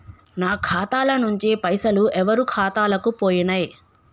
నా ఖాతా ల నుంచి పైసలు ఎవరు ఖాతాలకు పోయినయ్?